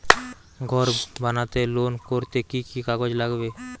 ঘর বানাতে লোন করতে কি কি কাগজ লাগবে?